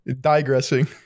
Digressing